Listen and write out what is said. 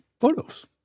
photos